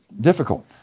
difficult